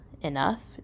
enough